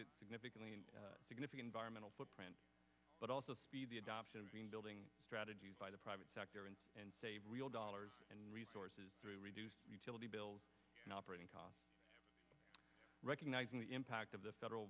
significantly and significant vironment footprint but also speed the adoption of green building strategies by the private sector and and save real dollars and resources through reduced utility bills and operating costs recognizing the impact of the federal